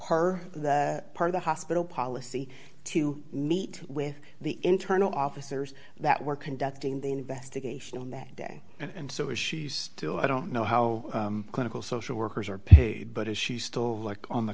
part the part of the hospital policy to meet with the internal officers that were conducting the investigation on that day and so is she still i don't know how clinical social workers are paid but is she still like on the